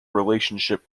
relationship